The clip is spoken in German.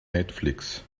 netflix